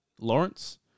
Lawrence